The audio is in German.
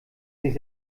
sich